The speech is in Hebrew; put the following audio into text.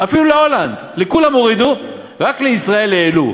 אפילו להולנד, לכולם הורידו, ורק לישראל העלו.